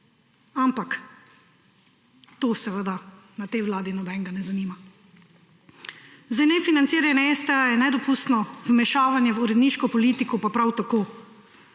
Ampak to seveda na tej Vladi nobenega ne zanima. Nefinanciranje STA je nedopustno, vmešavanje v uredniško politiko pa prav tako.